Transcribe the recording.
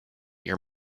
your